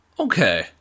okay